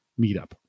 meetup